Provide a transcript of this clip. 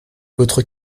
votre